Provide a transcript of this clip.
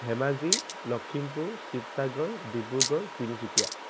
Dhemaji Lakhimpur Sivasagar Dibrugarh Tinsukia